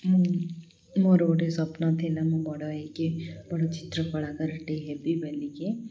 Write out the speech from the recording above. ମୁଁ ମୋର ଗୋଟେ ସ୍ୱପ୍ନ ଥିଲା ମୁଁ ବଡ଼ ହେଇକି ବଡ଼ ଚିତ୍ର କଳାକାରଟେ ହେବି ବେଲିକି